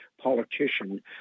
politician